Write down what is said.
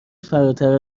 فراتر